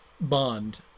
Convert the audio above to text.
bond